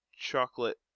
Chocolate